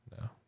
No